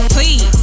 Please